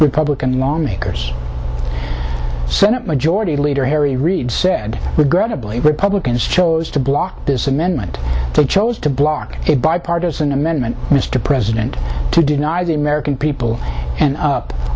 republican lawmakers senate majority leader harry reid said regrettably republicans chose to block this amendment chose to block it bipartisan amendment mr president to deny the american people and up